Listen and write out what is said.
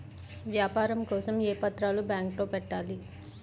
వ్యాపారం కోసం ఏ పత్రాలు బ్యాంక్లో పెట్టాలి?